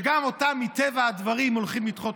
וגם אותה מטבע הדברים הולכים לדחות,